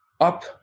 up